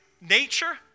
Nature